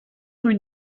rue